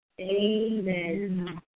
Amen